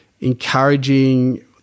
encouraging